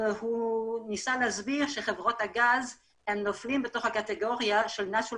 וניסה להסביר שחברות הגז נופלות בקטגוריה הזו,